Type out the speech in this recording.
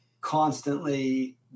constantly